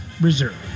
reserved